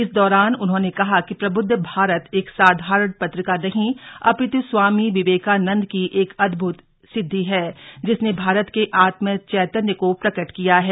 इस दौरान उन्होंने कहा कि प्रबुद्ध भारत एक साधारण पत्रिका नही अपितु स्वामी विवेकानंद की एक अदभुत सिद्धि है जिसने भारत के आत्म चौतन्य को प्रकट किया है